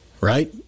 right